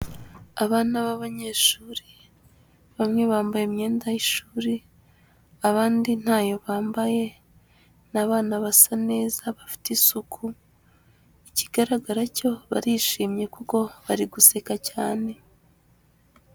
Abana b'abanyeshuri, bamwe bambaye imyenda y'ishuri, abandi ntayo bambaye, ni abana basa neza, bafite isuku, ikigaragara cyo barishimye kuko bari guseka cyane.